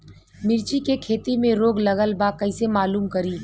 मिर्ची के खेती में रोग लगल बा कईसे मालूम करि?